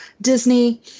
disney